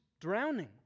drowning